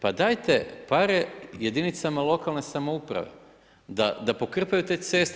Pa dajte pare jedinicama lokalne samouprave da pokrpaju te ceste.